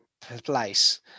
place